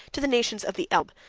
to the nations of the elbe,